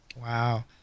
Wow